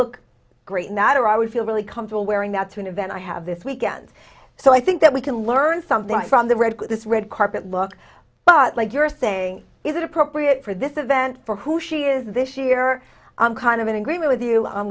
look great not or i would feel really comfortable wearing that to an event i have this weekend so i think that we can learn something from the red with this red carpet look but like you're saying is it appropriate for this event for who she is this year i'm kind of agree with you i'm